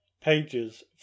pages